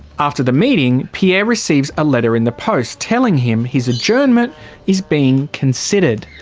after the meeting pierre receives a letter in the post telling him his adjournment is being considered.